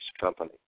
company